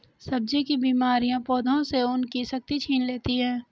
सब्जी की बीमारियां पौधों से उनकी शक्ति छीन लेती हैं